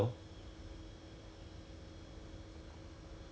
oh my god H_L taste cannot make it man